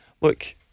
look